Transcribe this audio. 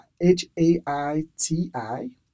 H-A-I-T-I